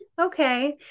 okay